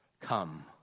Come